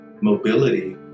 mobility